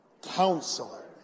Counselor